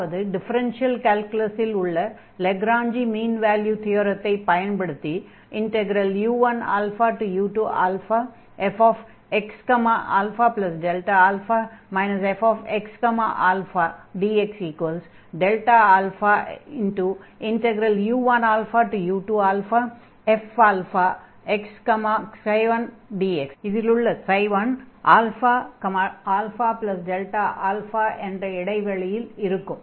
அதாவது டிஃபெரென்ஷியல் கால்குலஸில் உள்ள லக்ரான்ஜி மீண் வேல்யூ தியரத்தை பயன்படுத்தி u1u2fxα fxαdxu1u2fx1dx ξ1ααΔα என்று எழுதலாம்